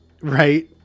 Right